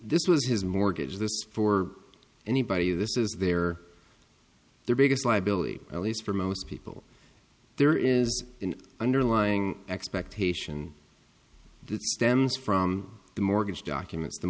this was his mortgage this for anybody this is their their biggest liability at least for most people there is an underlying expectation that stems from the mortgage documents the